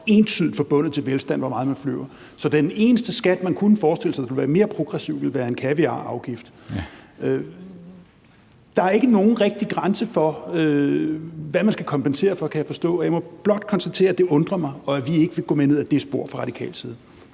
så entydigt forbundet med velstand hvor meget man flyver; så den eneste skat, man kunne forestille sig ville være mere progressiv, ville være en kaviarafgift. Der er ikke nogen rigtig grænse for, hvad man skal kompensere for, kan jeg forstå, og jeg må blot konstatere, at det undrer mig, og at vi ikke vil gå med ned ad det spor fra radikal side.